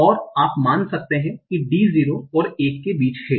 और आप मान सकते हैं कि d 0 और 1 के बीच है